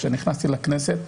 מיד כשנכנסתי לכנסת,